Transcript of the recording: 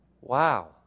Wow